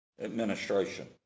administration